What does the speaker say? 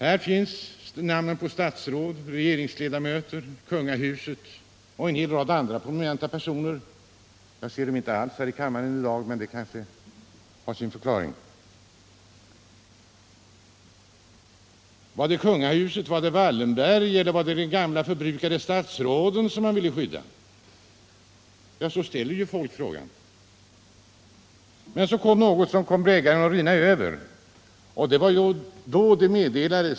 Här finns namnen på statsråd, personer tillhörande kungahuset och en rad andra prominenta personer — jag ser dem inte i kammaren i dag, men det kanske har sin förklaring. Var det kungahuset, familjen Wallenberg eller de gamla förbrukade statsråden som man ville skydda? Den frågan ställer sig naturligtvis människorna. Men så kom något som kom bägaren att rinna över.